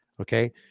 Okay